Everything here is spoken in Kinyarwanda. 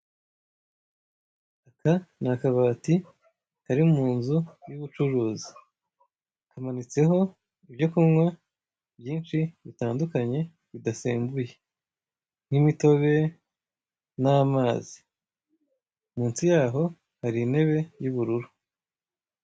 Aka ni akabati kari mu nzu y'ubucuruzi kamanitseho ibyo kunywa byinshi bitandukanye bidasembuye nk'imitobe n'amazi, munsi yaho hari intebe y'ubururu.